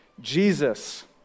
Jesus